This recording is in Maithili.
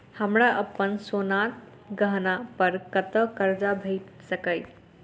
हमरा अप्पन सोनाक गहना पड़ कतऽ करजा भेटि सकैये?